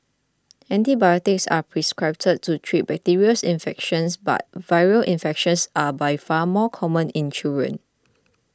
antibiotics are prescribed to treat bacterial infections but viral infections are by far more common in children